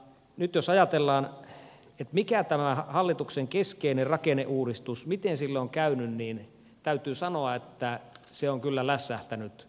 nyt jos ajatellaan miten tälle hallituksen keskeiselle rakenneuudistukselle on käynyt niin täytyy sanoa että se on kyllä lässähtänyt täydellisesti